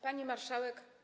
Pani Marszałek!